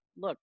look